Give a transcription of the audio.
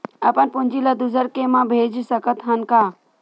अपन पूंजी ला दुसर के मा भेज सकत हन का?